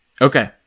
Okay